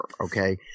okay